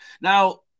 Now